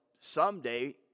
someday